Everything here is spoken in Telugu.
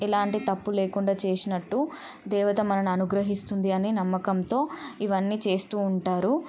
ఎలాంటి తప్పూ లేకుండా చేసినట్టు దేవత మనని అనుగ్రహిస్తుంది అని నమ్మకంతో ఇవన్నీ చేస్తూ ఉంటారు